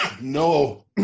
No